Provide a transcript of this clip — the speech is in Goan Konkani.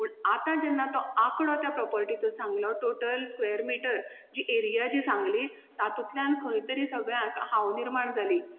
पूण आतां जेन्ना तो आंकडो त्या प्रॉपरटीचो सांगलो टोटल स्क्वॅर मिटर जी एरिया जी सांगली तातुंतल्यान खंय तरी सगळ्यांक हाव निर्माण जाली